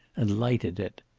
and lighted it.